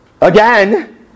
again